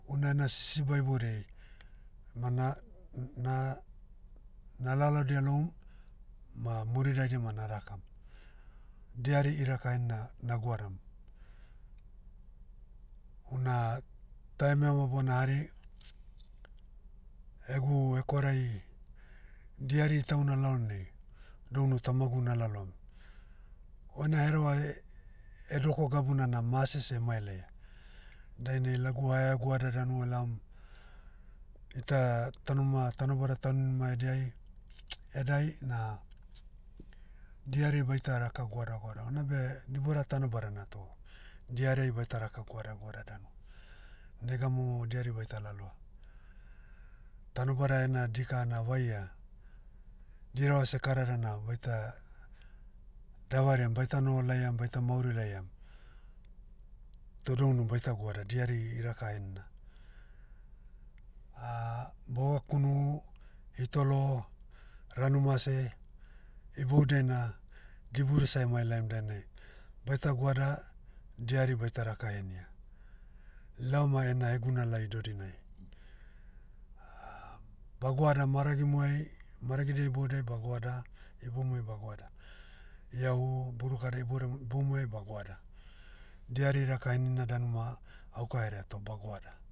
Una na sisiba iboudiai, ma na- na- nalalodia loum, ma muri daidai ma narakam. Diari iraka hen'na, na goadam. Una, taim ema bona hari, egu hekwarahi, diari itahuna laonei, dounu tamagu na laloam. Ona hereva eh- edoko gabuna na mase seh emailaia. Dainai lagu hahegoada danu elaom, ita taunima tanobada tauninma ediai- edai na, diari baita raka goada goada una beh, dibura tanobadana toh, diariai baita raka goada goada danu. Nega momo diari baita laloa. Tanobada ena dika na vaia, dirava seh ekarada na baita, davariam baita noho laiam baita mauri laiam. Toh dounu baita goada diari iraka henina. bogakunu, hitolo, ranu mase, iboudiai na, dibu ese emailaim dainai, baita goada, diari baita raka henia. Lauma ena hegunalai dodinai. ba goada maragimuai, maragidia iboudai ba goada, iboumui ba goada. Iahu, burukadia iboudai- iboumuai ba goada. Diari iraka henina danu ma, auka herea toh ba goada.